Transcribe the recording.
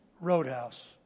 Roadhouse